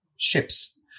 ships